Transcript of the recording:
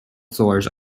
floors